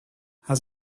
has